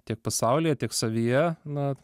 tiek pasaulyje tiek savyje na